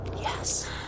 Yes